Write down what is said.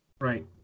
right